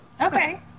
Okay